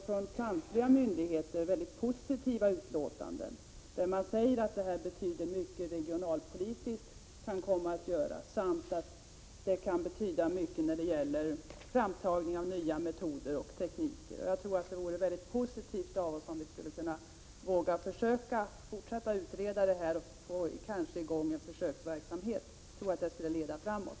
Från samtliga myndigheter har man fått väldigt positiva utlåtanden, där de sagt att detta kan komma att betyda mycket regionalpolitiskt och när det gäller framtagning av nya metoder och tekniker. Det vore väldigt positivt om vi vågade fortsätta att utreda detta och kanske få i gång en försöksverksamhet. Jag tror att det skulle leda framåt.